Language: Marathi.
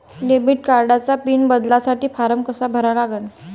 डेबिट कार्डचा पिन बदलासाठी फारम कसा भरा लागन?